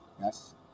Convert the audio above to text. Yes